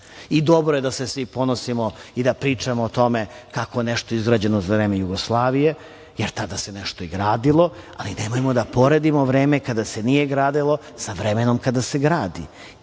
dobro je da se svi ponosimo i da pričamo o tome kako je nešto izgrađeno za vreme Jugoslavije, jer tada se nešto i gradilo, ali nemojmo da poredimo vreme kada se nije gradilo sa vremenom kada se gradi